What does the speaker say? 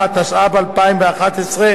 התשע"ב 2012,